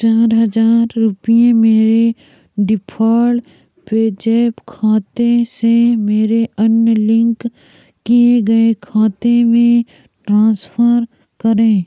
चार हज़ार रुपये मेरे डिफ़ॉल पेज़ैप खाते से मेरे अन्य लिंक किए गए खाते में ट्रांसफ़र करें